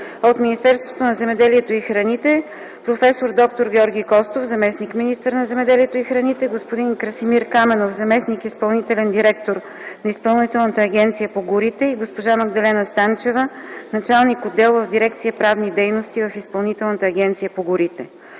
от Министерството на земеделието и храните – проф. д-р Георги Костов – заместник-министър на земеделието и храните, господин Красимир Каменов – заместник-изпълнителен директор на Изпълнителната агенция по горите, и госпожа Магдалена Станчева – началник-отдел в дирекция „Правни дейности” в Изпълнителната агенция по горите.